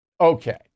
Okay